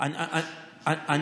לפני זה המחירים השתפרו בהרבה.